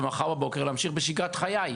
ומחר בבוקר להמשיך בשגרת חייו.